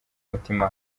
umutima